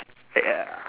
ya